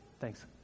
Thanks